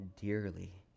dearly